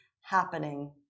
happening